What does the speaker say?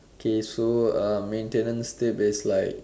okay so um maintenance tip is like